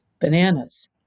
Bananas